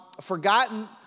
forgotten